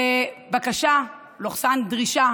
בבקשה/דרישה